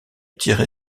tirer